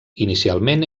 inicialment